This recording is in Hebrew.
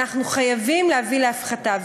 אנחנו חייבים להביא להפחתה.